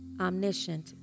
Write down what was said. omniscient